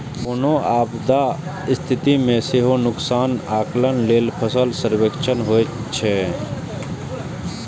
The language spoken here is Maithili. कोनो आपदाक स्थिति मे सेहो नुकसानक आकलन लेल फसल सर्वेक्षण होइत छैक